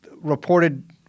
reported –